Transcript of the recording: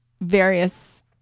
various